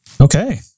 Okay